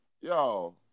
Yo